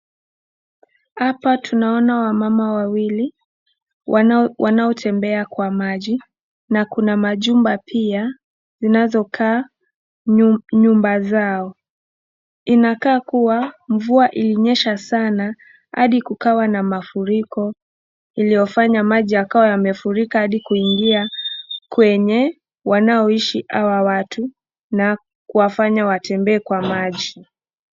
Hapa tunaona wamama wawili wanaotembea kwa maji, na kuna majumba pia zinazokaa nyumba zao. Inakaa kuwa mvua ilinyesha sana hadi kukawa na mafuriko iliyofanya maji yakawa na mafuriko hadi kuingia kwenye wanaoishi hawa watu na kuwafanya watembee kwa maji.